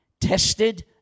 tested